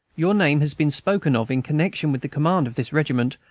your name has been spoken of, in connection with the command of this regiment,